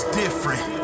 different